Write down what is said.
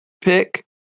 pick